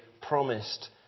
promised